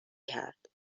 کرد